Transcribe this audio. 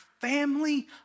family